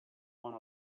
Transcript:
one